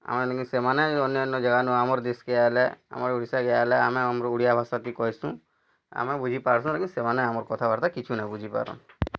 ଆମେ ନିକେ ସେମାନେ ଅନ୍ୟାନ ଜାଗାନୁ ଆମର ଦେଶ୍ କେ ଆଇଲେ ଆମର୍ ଓଡ଼ିଶା କେ ଆଇଲେ ଆମେ ଆମର୍ ଓଡ଼ିଆ ଭାଷା କେ କହେସୁଁ ଆମେ ବୁଝି ପାରସୁଁ ଲେକିନ୍ ସେମାନେ ଆମର୍ କଥାବାର୍ତ୍ତା କିଛୁ ନାଇଁ ବୁଝି ପାରନ୍